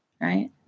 Right